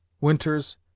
winters